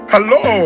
Hello